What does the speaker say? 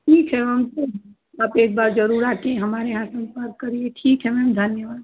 ठीक है हमको आप एक बार ज़रूर आकर हमारे यहाँ टाइम पास करिए ठीक है ना धन्यवाद